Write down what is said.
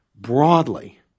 broadly